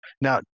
now